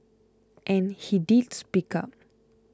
and he did speak up